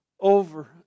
Over